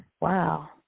wow